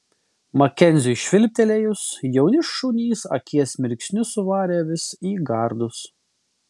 makenziui švilptelėjus jauni šunys akies mirksniu suvarė avis į gardus